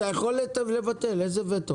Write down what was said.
התוצאה בהכרח תהיה שגויה.